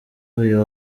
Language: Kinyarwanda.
uyu